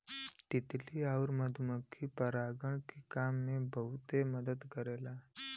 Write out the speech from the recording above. तितली आउर मधुमक्खी परागण के काम में बहुते मदद करला